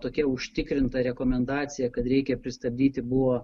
tokia užtikrinta rekomendacija kad reikia pristabdyti buvo